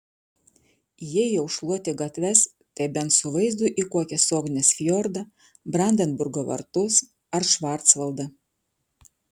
jei jau šluoti gatves tai bent su vaizdu į kokį sognės fjordą brandenburgo vartus ar švarcvaldą